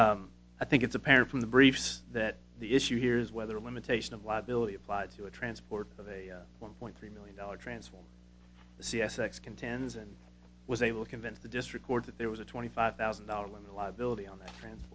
way i think it's apparent from the briefs that the issue here is whether a limitation of liability applied to a transport of a one point three million dollars transform the c s x contends and was able to convince the district court that there was a twenty five thousand dollars limit liability on them and